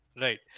Right